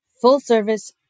full-service